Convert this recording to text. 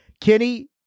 kenny